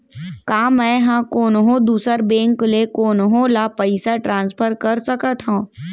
का मै हा कोनहो दुसर बैंक ले कोनहो ला पईसा ट्रांसफर कर सकत हव?